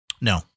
No